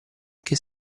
che